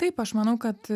taip aš manau kad